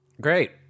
Great